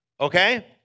Okay